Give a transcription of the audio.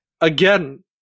again